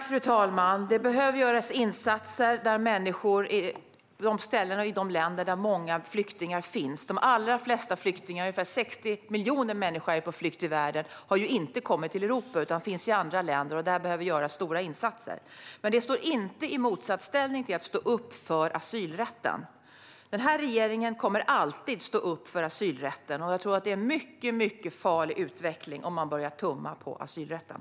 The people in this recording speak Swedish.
Fru talman! Insatser behöver göras på de ställen och i de länder där många flyktingar finns. Ungefär 60 miljoner människor är på flykt i världen. De allra flesta har inte kommit till Europa utan finns i andra länder. Och där behöver det göras stora insatser. Det står dock inte i motsatsställning till att stå upp för asylrätten. Den här regeringen kommer alltid att stå upp för asylrätten. Jag tror att det är en mycket farlig utveckling om man börjar tumma på asylrätten.